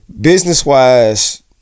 Business-wise